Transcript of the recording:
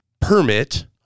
permit